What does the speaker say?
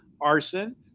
arson